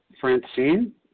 Francine